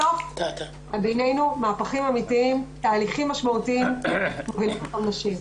בסוף בנינו מהפכים אמיתיים ותהליכים משמעותיים הם בעזרת נשים.